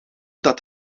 dat